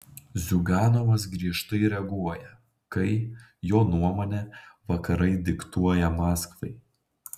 ziuganovas griežtai reaguoja kai jo nuomone vakarai diktuoja maskvai